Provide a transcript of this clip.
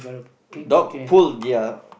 dog pull ya